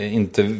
inte